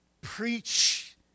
preach